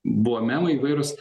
buvo memai įvairūs